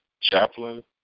chaplain